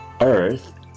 earth